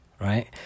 right